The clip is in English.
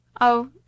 Oh